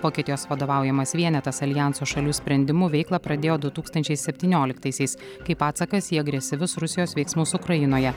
vokietijos vadovaujamas vienetas aljanso šalių sprendimu veiklą pradėjo du tūkstančiai septynioliktaisiais kaip atsakas į agresyvius rusijos veiksmus ukrainoje